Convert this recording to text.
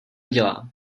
dělá